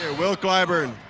ah will clyburn,